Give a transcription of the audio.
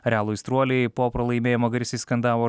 realo aistruoliai po pralaimėjimo garsiai skandavo